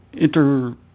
Enter